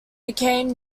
became